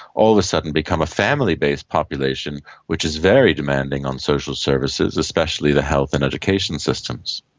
all of a sudden become a family based population which is very demanding on social services, especially the health and education systems.